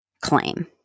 claim